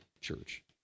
church